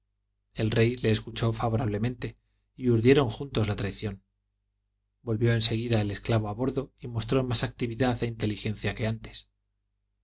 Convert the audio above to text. el rey le escuchó favorablemente y urdieron juntos la traición volvió en seguida el esclavo a bordo y mostró más actividad e inteligencia que antes